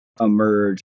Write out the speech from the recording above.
emerge